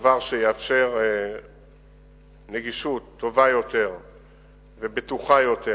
דבר שיאפשר נגישות טובה יותר ובטוחה יותר